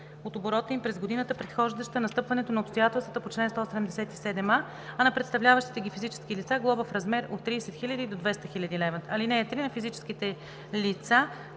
от оборота им през годината, предхождаща настъпването на обстоятелствата по чл. 177а, а на представляващите ги физически лица – глоба в размер от 30 000 до 200 000 лв. (3) На физическите лица,